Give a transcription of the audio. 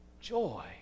joy